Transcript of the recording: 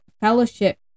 fellowship